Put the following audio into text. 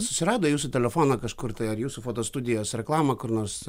susirado jūsų telefoną kažkur tai ar jūsų foto studijos reklamą kur nors